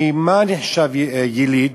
כי מה נחשב יליד?